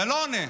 אתה לא עונה.